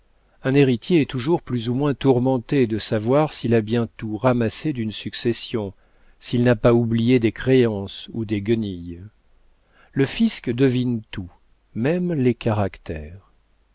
un héritier est toujours plus ou moins tourmenté de savoir s'il a bien tout ramassé d'une succession s'il n'a pas oublié des créances ou des guenilles le fisc devine tout même les caractères